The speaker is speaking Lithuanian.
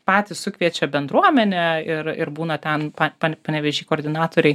patys sukviečia bendruomenę ir ir būna ten pa pan panevėžy koordinatoriai